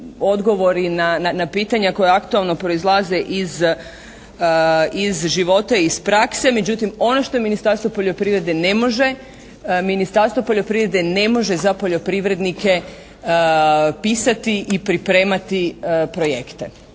odgovori na pitanja koja aktualno proizlaze iz života i iz prakse. Međutim, ono što je Ministarstvo poljoprivrede ne može, Ministarstvo poljoprivrede ne može za poljoprivrednike pisati i pripremati projekte.